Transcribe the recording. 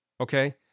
okay